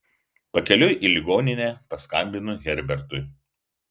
pakeliui į ligoninę paskambinu herbertui